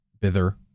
Bither